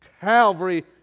Calvary